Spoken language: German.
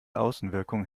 außenwirkung